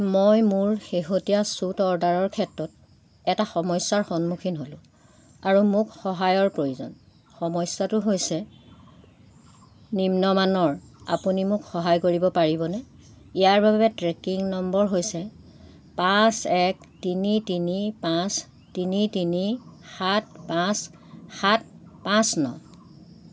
মই মোৰ শেহতীয়া ছুট অৰ্ডাৰৰ ক্ষেত্ৰত এটা সমস্যাৰ সন্মুখীন হ'লোঁ আৰু মোক সহায়ৰ প্ৰয়োজন সমস্যাটো হৈছে নিম্ন মানৰ আপুনি মোক সহায় কৰিব পাৰিবনে ইয়াৰ বাবে ট্ৰেকিং নম্বৰ হৈছে পাঁচ এক তিনি তিনি পাঁচ তিনি তিনি সাত পাঁচ সাত পাঁচ ন